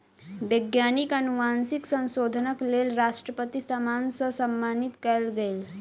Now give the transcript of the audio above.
वैज्ञानिक अनुवांशिक संशोधनक लेल राष्ट्रपति सम्मान सॅ सम्मानित कयल गेल